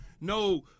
no